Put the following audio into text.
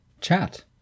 chat